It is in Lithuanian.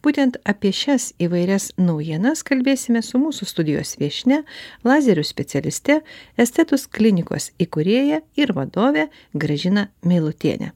būtent apie šias įvairias naujienas kalbėsimės su mūsų studijos viešnia lazerių specialiste estetus klinikos įkūrėja ir vadove gražina meilutiene